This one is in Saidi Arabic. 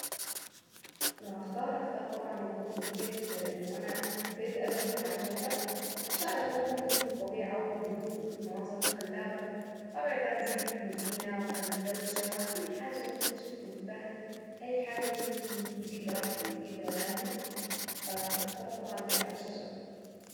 وهختار هختار طبعا وافضل البيت انه انا بيت ابنيه على شجرة، عشان اكون في الطبيعة وفي الهدوء وفي المناظر الخلابة. ابعد عن زحمة المدينة وعن الدوشة وعن اي حاجة ممكن تشتت انتباهي اي حاجة ممكن تقل راحتي وتقل منامي فاختار طبعا بيت عالشجرة.